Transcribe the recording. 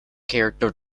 character